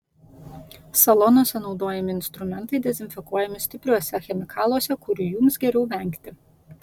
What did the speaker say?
salonuose naudojami instrumentai dezinfekuojami stipriuose chemikaluose kurių jums geriau vengti